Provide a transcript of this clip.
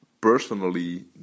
personally